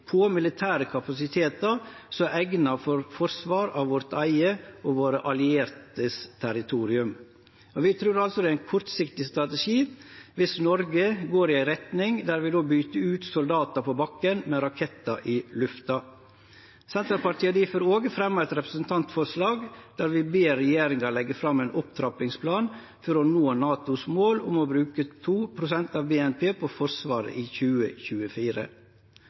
på militære kapasitetar som er eigna for forsvar av vårt eige og våre allierte sitt territorium, og vi trur det er ein kortsiktig strategi dersom Noreg går i ei retning der vi byter ut soldatar på bakken med rakettar i lufta. Senterpartiet har difor òg fremja eit representantforslag der vi ber regjeringa leggje fram ein opptrappingsplan for å nå NATOs mål om å bruke 2 pst. av BNP på Forsvaret innan 2024.